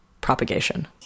propagation